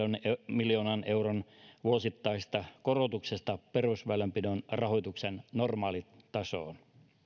miljoonan euron vuosittaisesta korotuksesta perusväylänpidon rahoituksen normaalitasoon